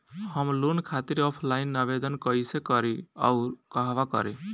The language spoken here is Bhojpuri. हम लोन खातिर ऑफलाइन आवेदन कइसे करि अउर कहवा करी?